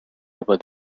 over